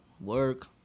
work